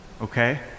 okay